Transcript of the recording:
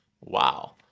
wow